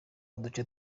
uduce